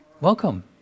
Welcome